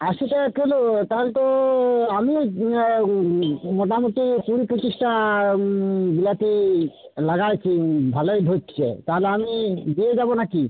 আশি টাকা কিলো তাহলে তো আলুও মোটামুটি কুড়ি পঁচিশটা বিলাতি লাগায়েছি ভালোই ধরছে তাহলে আমি দিয়ে যাবো নাকি